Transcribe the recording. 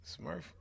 Smurf